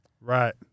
right